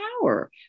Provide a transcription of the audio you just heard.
power